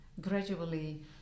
gradually